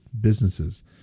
businesses